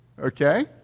Okay